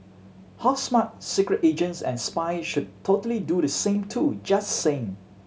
how smart secret agents and spies should totally do the same too just saying